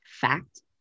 fact